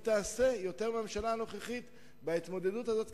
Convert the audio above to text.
תעשה יותר מהממשלה הנוכחית בהתמודדות הזאת,